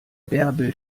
bärbel